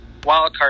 wildcard